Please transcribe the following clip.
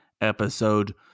episode